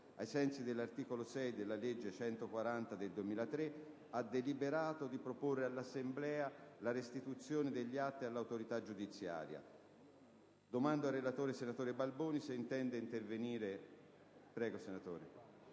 ai sensi dell'articolo 6 della legge n. 140 del 2003, ha deliberato di proporre all'Assemblea la restituzione degli atti all'autorità giudiziaria. Chiedo al relatore, senatore Balboni, se intende intervenire.